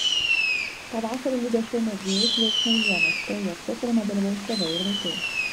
pavasarį realybės šou mėgėjai sulauks naujienos projekto kuriame dalyvaus tėvai ir vaikai